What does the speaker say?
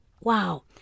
Wow